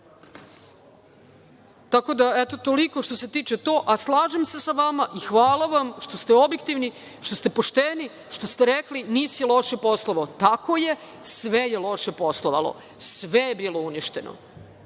sto miliona. Toliko što se tiče toga, a slažem se sa vama i hvala vam što ste objektivni, što ste pošteni, što ste rekli – NIS je loše poslovao. Tako je, sve je loše poslovalo. Sve je bilo uništeno.